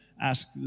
ask